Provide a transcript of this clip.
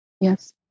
Yes